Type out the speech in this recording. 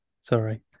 Sorry